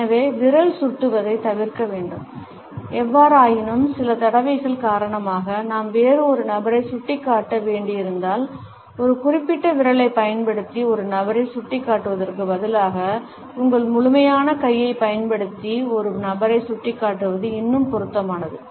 எனவே விரல் சுட்டுவதை தவிர்க்க வேண்டும் எவ்வாறாயினும் சில தடைகள் காரணமாக நாம் வேறு ஒரு நபரை சுட்டிக்காட்ட வேண்டியிருந்தால் ஒரு குறிப்பிட்ட விரலைப் பயன்படுத்தி ஒரு நபரைச் சுட்டிக்காட்டுவதற்குப் பதிலாக உங்கள் முழுமையான கையைப் பயன்படுத்தி ஒரு நபரை சுட்டிக்காட்டுவது இன்னும் பொருத்தமானது